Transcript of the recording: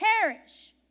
perish